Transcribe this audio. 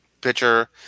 pitcher